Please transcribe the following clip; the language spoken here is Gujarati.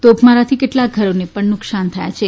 તોપમારાથી કેટલાંક ઘરોને પણ નુકસાન થયાં છે